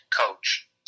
coach